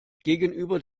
gegenüber